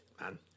Man